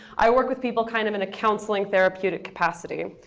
i work with people kind of in a counseling therapeutic capacity.